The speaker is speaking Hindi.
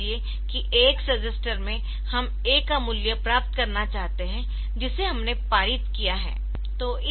मान लीजिए कि AX रजिस्टर में हम A का मूल्य प्राप्त करना चाहते है जिसे हमने पारित किया है